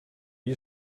you